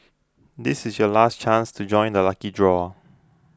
this is your last chance to join the lucky draw